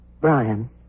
Brian